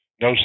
No